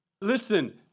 Listen